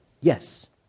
Yes